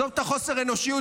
עזוב את חוסר האנושיות,